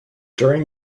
during